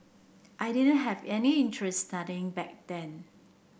I didn't have any interest studying back then